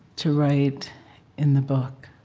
to write in the book,